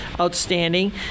outstanding